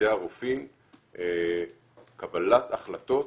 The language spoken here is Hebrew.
בידי הרופאים קבלת החלטות